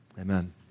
amen